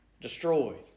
destroyed